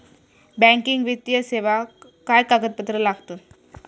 Banking वित्तीय सेवाक काय कागदपत्र लागतत?